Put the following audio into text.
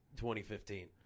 2015